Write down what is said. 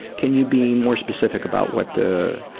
can you be more specific about what the